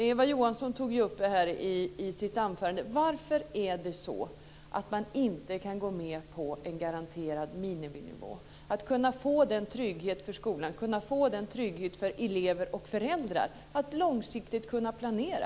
Eva Johansson tog ju upp detta i sitt anförande. Varför kan man inte gå med på en garanterad miniminivå, så att skolan, eleverna och föräldrarna kan få den tryggheten att långsiktigt kunna planera?